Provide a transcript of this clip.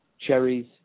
Cherries